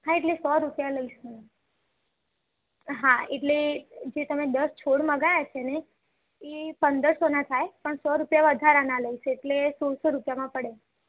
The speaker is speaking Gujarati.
હા એટલે સો રૂપિયા લેશે હા એટલે જે તમે દસ છોડ મંગાવ્યા છે ને એ પંદરસોના થાય પણ સો રૂપિયા વધારના લઈશ એટલે સોળસો રુપિયામાં પડે